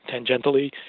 tangentially